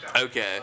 Okay